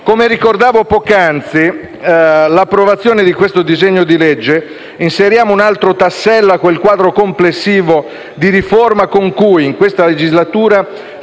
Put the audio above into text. Come ricordavo poc'anzi, con l'approvazione del provvedimento in esame inseriamo un altro tassello a quel quadro complessivo di riforma con cui, in questa legislatura,